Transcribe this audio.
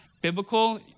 biblical